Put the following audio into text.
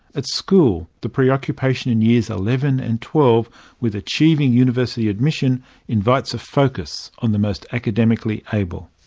at school, the preoccupation in years eleven and twelve with achieving university admission invites a focus on the most academically able.